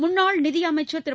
முன்னாள் நிதியமைச்சர் திரு